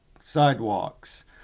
sidewalks